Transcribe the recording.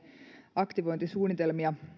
aktivointisuunnitelmia